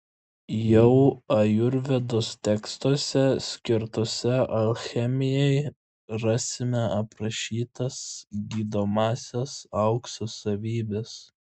jau ajurvedos tekstuose skirtuose alchemijai rasime aprašytas gydomąsias aukso savybes